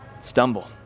stumble